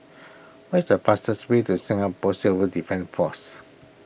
where is the fastest way to Singapore Civil Defence force